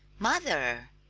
mother!